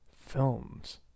films